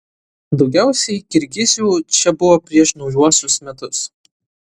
daugiausiai kirgizių čia buvo prieš naujuosius metus